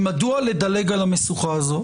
מדוע לדלג על המשוכה הזאת?